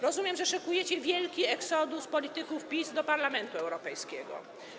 Rozumiem, że szykujecie wielki exodus polityków PiS do Parlamentu Europejskiego.